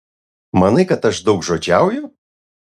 manai kad aš daugžodžiauju